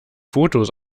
fotos